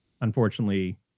unfortunately